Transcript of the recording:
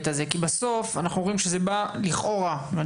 כי בסוף אנחנו רואים שזה בא לכאורה על